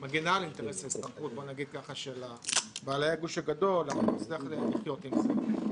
של בעלי הגוש הגדול אבל נצטרך לחיות עם זה.